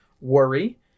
worry